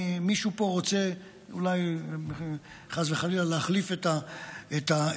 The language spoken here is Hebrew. מישהו פה רוצה אולי חס וחלילה להחליף את הבורא.